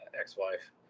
ex-wife